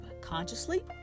consciously